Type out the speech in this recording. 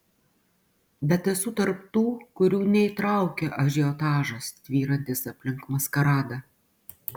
bet esu tarp tų kurių neįtraukia ažiotažas tvyrantis aplink maskaradą